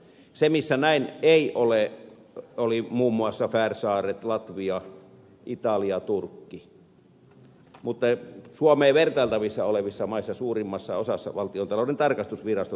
missä näin ei ole oli muun muassa färsaarilla latviassa italiassa ja turkissa mutta suomeen vertailtavissa olevissa maissa suurimmassa osassa valtiontalouden tarkastusvirasto tämän tehtävän suoritti